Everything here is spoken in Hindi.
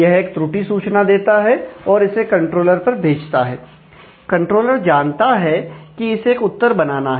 यह एक त्रुटि सूचना देता है और इसे कंट्रोलर पर भेजता है कंट्रोलर जानता है कि इसे एक उत्तर बनाना है